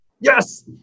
Yes